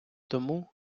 тому